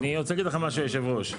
אני רוצה להגיד לך משהו, היושב-ראש.